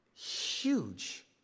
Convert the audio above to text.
huge